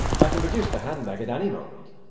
i can produce the hand-bag at any moment.